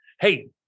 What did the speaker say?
hey